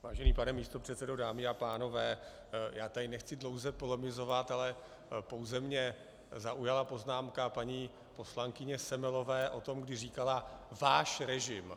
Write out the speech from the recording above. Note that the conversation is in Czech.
Vážený pane místopředsedo, dámy a pánové, já tady nechci dlouze polemizovat, ale pouze mě zaujala poznámka paní poslankyně Semelové o tom, když říkala váš režim.